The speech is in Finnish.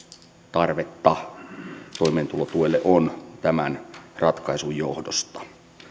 tarvetta toimeentulotuelle on tämän ratkaisun johdosta